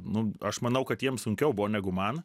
nu aš manau kad jiems sunkiau buvo negu man